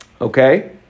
Okay